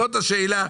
זו השאלה.